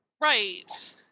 Right